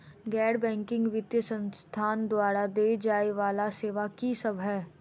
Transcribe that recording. गैर बैंकिंग वित्तीय संस्थान द्वारा देय जाए वला सेवा की सब है?